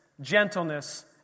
gentleness